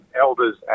elders